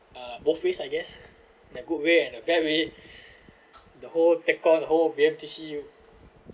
uh both ways I guess like good way and a bad way the whole tekong whole B_M_T_C